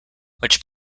which